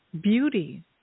beauty